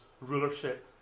rulership